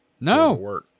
No